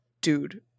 dude